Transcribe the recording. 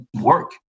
work